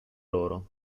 loro